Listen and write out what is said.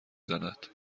زند